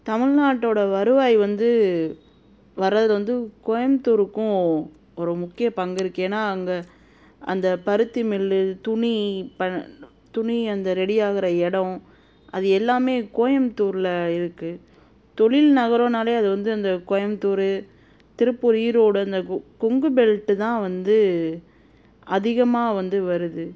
தமிழ்நாட்டோட வருவாய் வந்து வர்றது வந்து கோயமுத்தூருக்கும் ஒரு முக்கிய பங்கு இருக்குது ஏன்னால் அங்கே அந்த பருத்தி மில்லு துணி ப துணி அந்த ரெடியாகிற இடம் அது எல்லாமே கோயமுத்தூரில் இருக்குது தொழில் நகரம்னாலே அது வந்து அந்த கோயமுத்தூர் திருப்பூர் ஈரோடு அந்த கொ கொங்கு பெல்ட்டு தான் வந்து அதிகமாக வந்து வருது